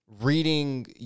Reading